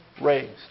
raised